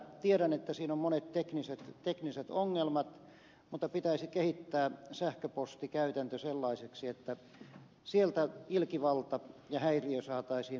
tiedän että siinä on monia teknisiä ongelmia mutta pitäisi kehittää sähköpostikäytäntö sellaiseksi että sieltä ilkivalta ja häiriö saataisiin myöskin pois